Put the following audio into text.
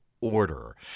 order